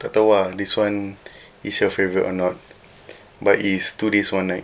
tak tahu ah this [one] is your favourite or not but it is two days one night